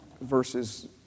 versus